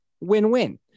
Win-win